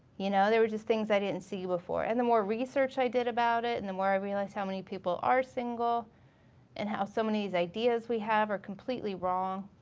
you know there were just things i didn't see before. and the more research i did about it and the more i realized how many people are single and how so many of these ideas we have are completely wrong.